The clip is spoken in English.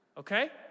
Okay